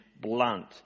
blunt